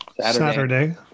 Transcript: Saturday